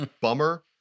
bummer